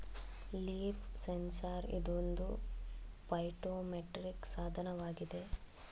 leaf sensor ಇದೊಂದು phytometric ಸಾಧನವಾಗಿದೆ